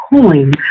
coins